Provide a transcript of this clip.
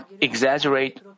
exaggerate